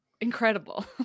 Incredible